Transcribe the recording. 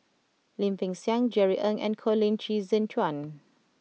Lim Peng Siang Jerry Ng and Colin Qi Zhe Quan